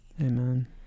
Amen